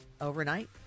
overnight